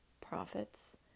profits